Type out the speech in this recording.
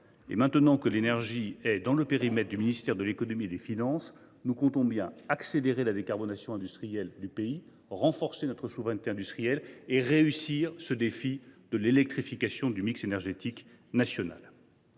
! Désormais que l’énergie est dans le périmètre du ministère de l’économie et des finances, nous comptons accélérer la décarbonation industrielle du pays, renforcer notre souveraineté industrielle et relever le défi de l’électrification du mix énergétique national.